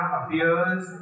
appears